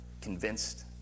convinced